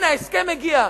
הנה ההסכם הגיע,